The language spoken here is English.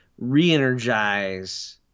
re-energize